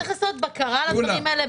אבל צריך לעשות בקרה על הדברים האלה,